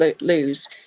lose